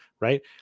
right